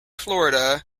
florida